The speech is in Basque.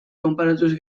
konparatuz